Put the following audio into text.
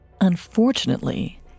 Unfortunately